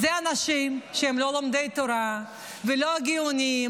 אלה אנשים שהם לא לומדי תורה ולא גאונים,